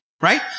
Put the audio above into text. Right